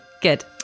Good